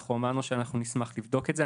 ואנחנו אמרנו שאנחנו נשמח לבדוק את זה.